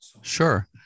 sure